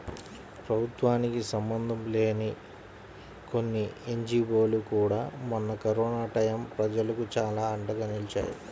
ప్రభుత్వానికి సంబంధం లేని కొన్ని ఎన్జీవోలు కూడా మొన్న కరోనా టైయ్యం ప్రజలకు చానా అండగా నిలిచాయి